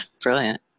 Brilliant